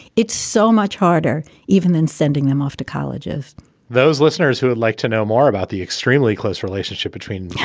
it's so much harder even than sending them off to colleges those listeners who would like to know more about the extremely close relationship between yeah